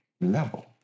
level